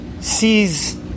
sees